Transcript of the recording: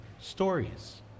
stories